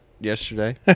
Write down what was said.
yesterday